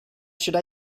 should